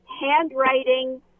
handwriting